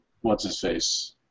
what's-his-face